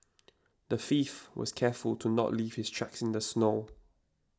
the thief was careful to not leave his tracks in the snow